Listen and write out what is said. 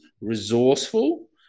resourceful